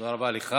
תודה רבה לך.